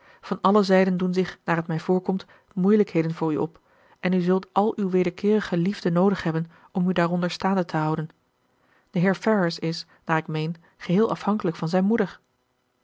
van alle zijden doen zich naar het mij voorkomt moeilijkheden voor u op en u zult al uw wederkeerige liefde noodig hebben om u daaronder staande te houden de heer ferrars is naar ik meen geheel afhankelijk van zijne moeder